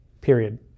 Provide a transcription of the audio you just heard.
period